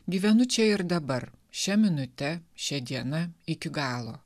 gyvenu čia ir dabar šia minute šia diena iki galo